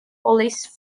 police